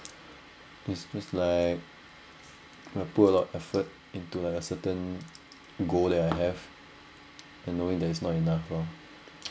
it's it's like I put a lot of effort into like a certain goal I have and knowing it is not enough lor